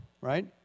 right